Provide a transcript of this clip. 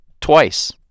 twice